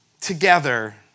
together